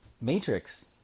Matrix